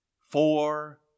four